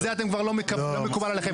אז זה כבר לא מקובל עליכם?